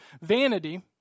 vanity